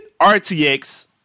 RTX